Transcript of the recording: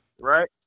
right